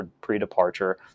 pre-departure